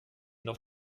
noch